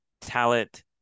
talent